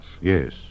Yes